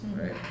right